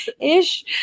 ish